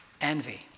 envy